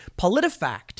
PolitiFact